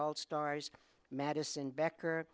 old stars madison becker